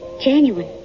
Genuine